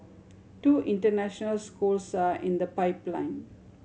two international schools are in the pipeline